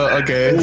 okay